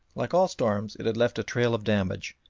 like all storms it had left a trail of damage,